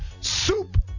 Soup